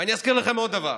ואני אזכיר לכם עוד דבר: